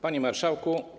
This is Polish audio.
Panie Marszałku!